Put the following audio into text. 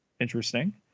interesting